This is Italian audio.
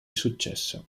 successo